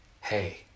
hey